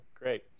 Great